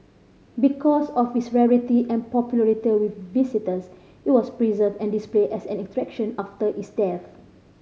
because of its rarity and popularity with visitors it was preserved and displayed as an attraction after its death